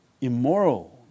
immoral